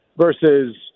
versus